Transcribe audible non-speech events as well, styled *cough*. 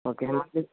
okay *unintelligible*